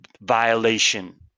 violation